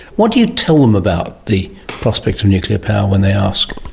what do you tell them about the prospects of nuclear power when they ask?